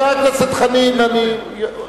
אני מוותר.